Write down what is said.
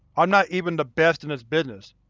i'm not even the best in this business.